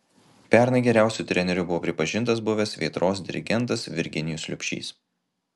pernai geriausiu treneriu buvo pripažintas buvęs vėtros dirigentas virginijus liubšys